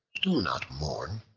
do not mourn,